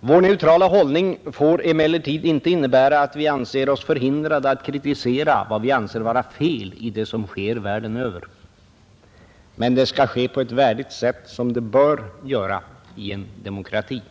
Vår neutrala hållning får emellertid inte innebära att vi anser oss förhindrade att kritisera vad vi anser vara fel i det som sker världen över, men det skall ske på ett värdigt sätt, som sig bör i en demokrati.